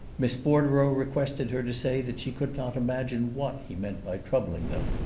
miss bordereau requested her to say that she could not imagine what he meant by troubling them.